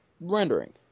rendering